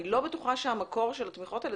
אבל אני לא בטוחה שהמקור של התמיכות האלה